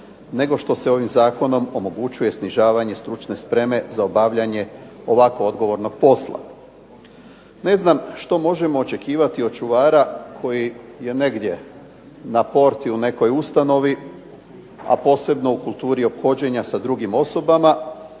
nego što se ovim zakonom omogućuje snižavanje stručne spreme za obavljanje ovako odgovornog posla. Ne znam što možemo očekivati od čuvara koji je negdje na porti u nekoj ustanovi a posebno u kulturi ophođenja sa drugim osobama